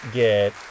get